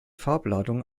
farbladung